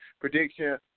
prediction